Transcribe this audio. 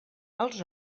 els